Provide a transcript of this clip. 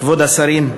כבוד השרים,